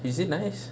is it nice